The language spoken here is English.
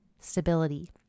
stability